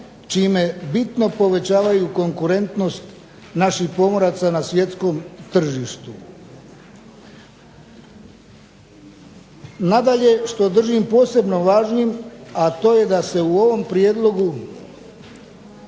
čime bitno povećavaju konkurentnost naših pomoraca na svjetskom tržištu. Nadalje što držim posebno važnim, a to je da se u ovom prijedlogu